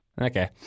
Okay